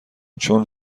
چون